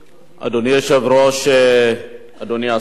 אדוני היושב-ראש, אדוני השר,